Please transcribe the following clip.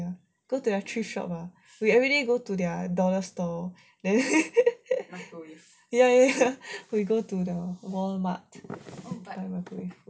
go to their thrift shop lah we everyday go to their dollar store and then ya ya ya we go to the walmart